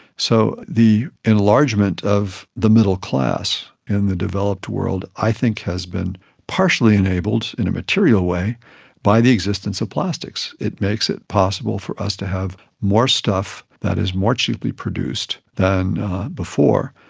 so the enlargement of the middle class in the developed world i think has been partially enabled in a material way by the existence of plastics. it makes it possible for us to have more stuff that is more cheaply produced than before,